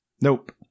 nope